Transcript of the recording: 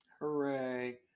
hooray